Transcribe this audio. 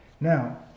Now